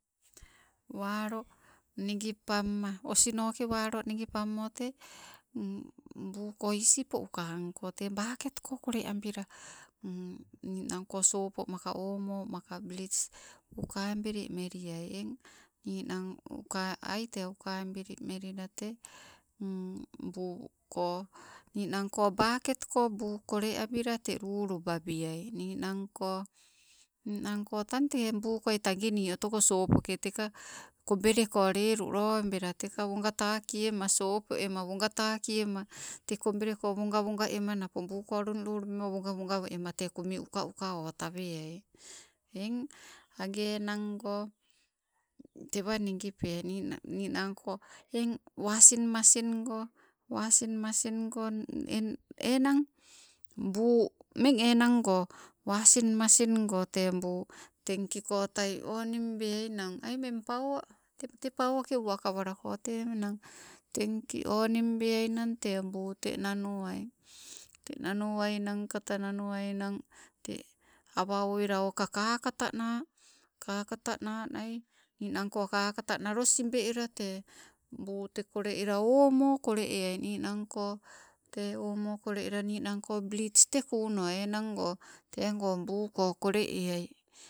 Walo nigipamma, osinoke walo nigipammo te buu ko isipo uka angko te baket kole abila ninang ko sopo maka ommo maka blits uka abili meliai eng ni nangko uka ai te uka abili melila te buu ko nii nangko baket ko buu kole abila lulupabiai. Ninangko, ninangko, tang tee buu koi tapini otoko opoke teka kobelako lelu lobela teka wogataki ema sopo ema wopataki ema, te kobeleko wagawoga ema napo buu ko lulu lubema, wogawoga ema te kumi, uka uka otaweai. Eng agea enang goo tewa nigipea ninang ninangko, eng wasing masing go, wasin masin go eng enang, buu meng enang go wasin masin go te buu, tenkikotai onim beanang ai meng panwa pauwake uwa pauwa paiwak uwakawalako te enang tenkii oming beai nang tee buu, tee nanuwai, te nanuainang kata, nanuwainang te awa owela oka kakatana katatanai, ninangko kakata nalo sibe ela tee buu te kole ela ommo kole eleai, ninangko te omo kole ela ninangko blits te kuuno enango tego buuko kole eai.